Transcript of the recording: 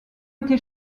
été